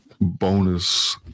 bonus